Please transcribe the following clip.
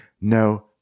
No